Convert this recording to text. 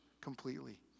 completely